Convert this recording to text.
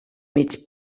mig